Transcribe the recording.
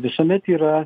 visuomet yra